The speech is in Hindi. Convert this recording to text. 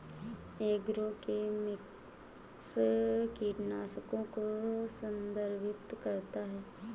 एग्रोकेमिकल्स कीटनाशकों को संदर्भित करता है